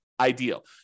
ideal